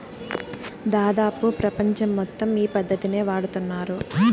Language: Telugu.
దాదాపు ప్రపంచం మొత్తం ఈ పద్ధతినే వాడుతున్నారు